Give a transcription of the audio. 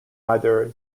either